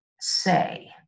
say